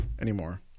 anymore